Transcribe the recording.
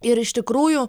ir iš tikrųjų